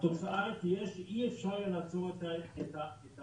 התוצאה תהיה שאי אפשר יהיה לעצור את הסחר,